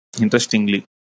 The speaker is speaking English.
Interestingly